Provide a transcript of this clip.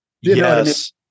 Yes